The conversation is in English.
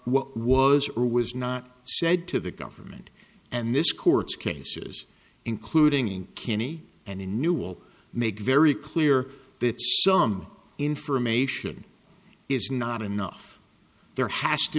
what was or was not said to the government and this court's cases including kinney and the new will make very clear that some information is not enough there has to